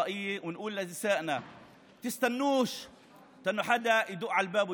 ואנו אומרים לנשים שלנו: אל תחכו עד שיבוא מישהו אל